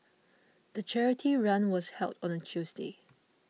the charity run was held on a Tuesday